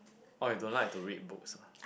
oh you don't like to read books [aj]